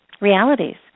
realities